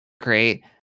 great